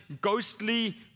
ghostly